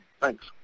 Thanks